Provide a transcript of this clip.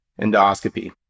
endoscopy